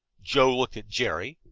joe looked at jerry,